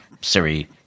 Siri